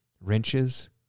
wrenches